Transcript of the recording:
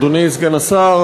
אדוני סגן השר,